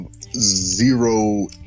zero